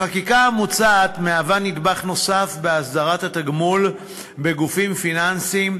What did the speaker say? החקיקה המוצעת מהווה נדבך נוסף בהסדרת התגמול בגופים פיננסיים,